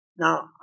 Now